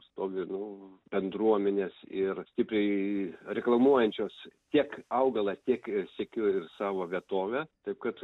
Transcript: stovi nu bendruomenės ir stipriai reklamuojančios tiek augalą tiek ir sykiu ir savo vietovę taip kad